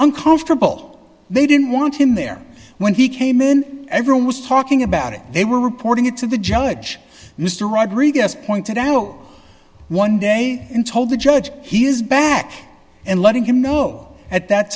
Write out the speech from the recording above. uncomfortable they didn't want him there when he came in everyone was talking about it they were reporting it to the judge mr rodriguez pointed out one day and told the judge he is back and letting him know at that